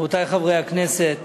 רבותי חברי הכנסת,